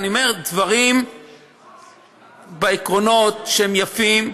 אני אומר דברים בעקרונות שהם יפים.